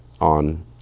on